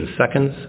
seconds